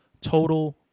total